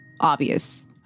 obvious